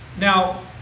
Now